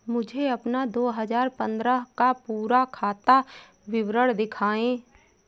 मुझे अपना दो हजार पन्द्रह का पूरा खाता विवरण दिखाएँ?